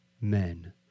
men